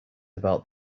about